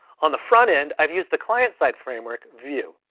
on the front end i've used the client side framework view.